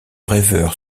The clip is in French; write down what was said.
rêveur